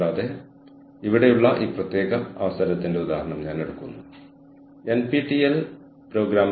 നമ്മളുടെ എതിരാളികളേക്കാൾ മുന്നിൽ നിൽക്കാൻ നമ്മൾ ചെയ്യുന്ന ചില കാര്യങ്ങൾ